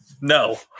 no